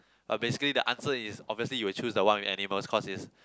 but basically the answer is obviously you will choose the one with animals cause is